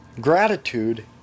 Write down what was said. Gratitude